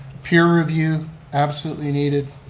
peer review absolutely needed,